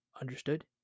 Understood